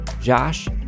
Josh